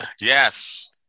Yes